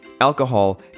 Alcohol